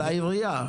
של העירייה.